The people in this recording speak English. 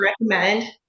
recommend